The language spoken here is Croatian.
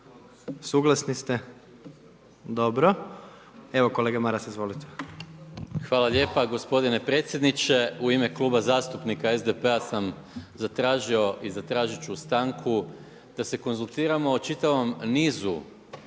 Suglasni ste? Dobro. Evo, kolega Maras, izvolite. **Maras, Gordan (SDP)** Hvala lijepo. Gospodine predsjedniče, u ime Kluba zastupnika SDP-a sam zatražio i zatražiti ću stanku da se konzultiramo o čitavom nizu